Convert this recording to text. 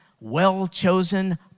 well-chosen